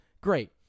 great